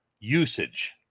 usage